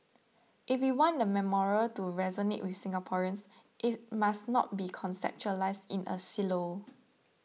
if we want the memorial to resonate with Singaporeans it must not be conceptualised in a silo